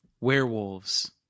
Werewolves